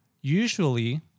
usually